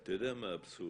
אתה יודע מה האבסורד,